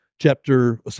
chapter